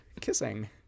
Kissing